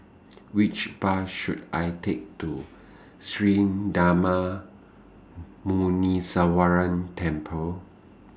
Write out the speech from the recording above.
Which Bus should I Take to Sri Darma Muneeswaran Temple